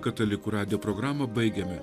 katalikų radijo programą baigiame